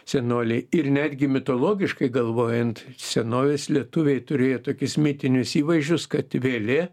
senoliai ir netgi mitologiškai galvojant senovės lietuviai turėjo tokius mitinius įvaizdžius kad vėlė